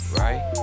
right